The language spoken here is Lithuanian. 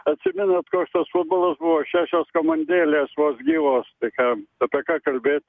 atsimenat koks tas futbolas buvo šešios komandėlės vos gyvos tai ką apie ką kalbėt